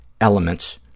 elements